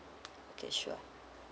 okay sure